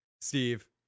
Steve